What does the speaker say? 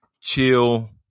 chill